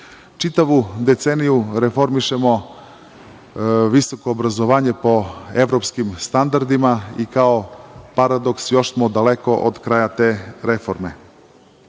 deceniju reformišemo visoko obrazovanje po evropskim standardima i, kao paradoks, još smo daleko od kraja te reforme. Nama